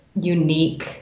unique